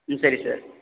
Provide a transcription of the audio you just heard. ம் சரி சார்